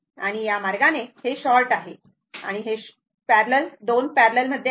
आणि या मार्गाने हे शॉर्ट आहे आणि हे शॉर्ट आहे हे 2 पॅरलल आहेत